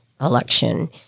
election